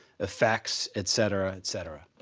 effects, etc, etc.